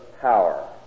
power